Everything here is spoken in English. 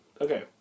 okay